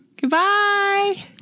goodbye